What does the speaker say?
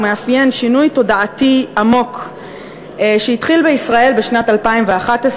הוא מאפיין שינוי תודעתי עמוק שהתחיל בישראל בשנת 2011,